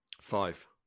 Five